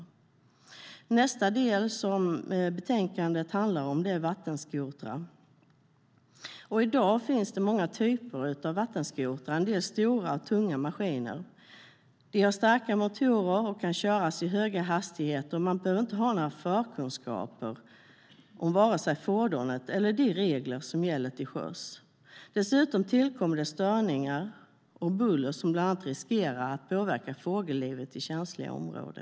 En annan del av betänkandet handlar om vattenskotrar. I dag finns det många typer av vattenskotrar, och en del är stora och tunga maskiner. De har starka motorer och kan köras i höga hastigheter, och man behöver inte ha några förkunskaper om vare sig fordonet eller de regler som gäller till sjöss för att köra dem. Dessutom tillkommer det störningar och buller som bland annat riskerar att påverka fågellivet i känsliga områden.